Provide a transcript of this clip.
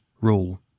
rule